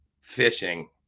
fishing